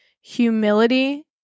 humility